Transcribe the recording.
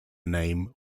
name